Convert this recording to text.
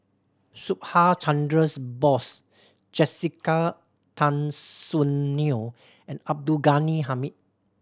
Subhas Chandra Bose Jessica Tan Soon Neo and Abdul Ghani Hamid